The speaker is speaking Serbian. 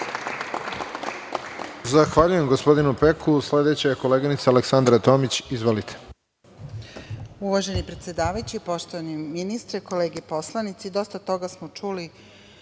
Zahvaljujem gospodinu Peku. Sledeća je koleginica Aleksandra Tomić. Izvolite.